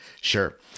Sure